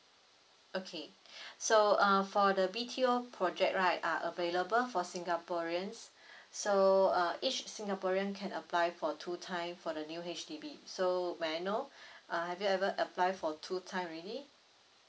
okay so ah for the B_T_O project right are available for singaporeans so uh each singaporean can apply for two time for the new H_D_B so may I know ah have you ever applied for two time already